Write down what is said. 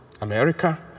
America